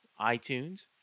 iTunes